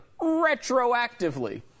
retroactively